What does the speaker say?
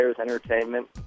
entertainment